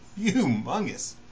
humongous